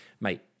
Mate